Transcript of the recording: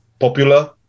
popular